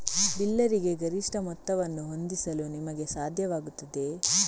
ಬಿಲ್ಲರಿಗೆ ಗರಿಷ್ಠ ಮೊತ್ತವನ್ನು ಹೊಂದಿಸಲು ನಿಮಗೆ ಸಾಧ್ಯವಾಗುತ್ತದೆ